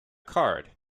card